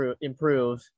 improve